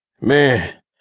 Man